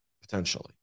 potentially